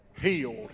healed